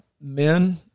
men